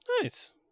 nice